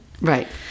Right